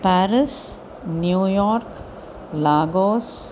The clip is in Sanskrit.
प्यारिस् न्यूयोर्क् लागोस्